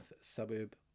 suburb